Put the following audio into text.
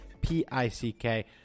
p-i-c-k